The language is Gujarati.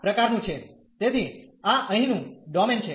તેથી આ અહીંનું ડોમેન છે